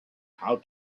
how